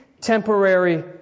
temporary